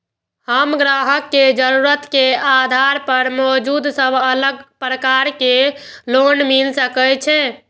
हम ग्राहक के जरुरत के आधार पर मौजूद सब अलग प्रकार के लोन मिल सकये?